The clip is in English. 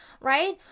right